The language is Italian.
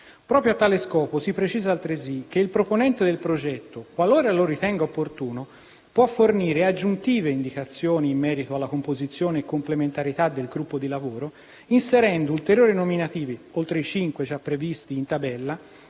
Proprio a tale scopo, si precisa altresì che il proponente del progetto, qualora lo ritenga opportuno, può fornire aggiuntive indicazioni in merito alla composizione e complementarità del gruppo di lavoro, inserendo ulteriori nominativi (oltre i cinque già previsti in tabella)